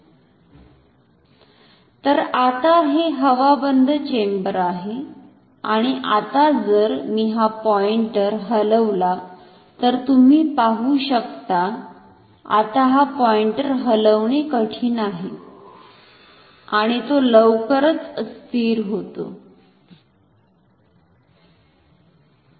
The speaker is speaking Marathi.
तर आता हे हवाबंद चेंबर आहे आणि आता जर मी हा पॉइंटेर हलवला तर तुम्ही पाहु शकता आता हा पॉईंटर हलवणे कठीण आहे आणि तो लवकरच स्थिर होतो किंवा खाली बसतो